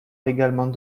également